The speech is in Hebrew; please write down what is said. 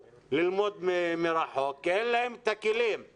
ללמוד מרחוק כי אין להם את הכלים לכך